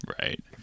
Right